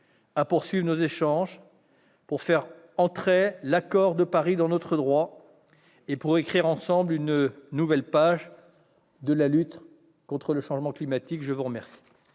à poursuivre nos échanges, pour faire entrer l'accord de Paris dans notre droit et pour écrire ensemble une nouvelle page de la lutte contre le changement climatique. La parole